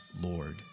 Lord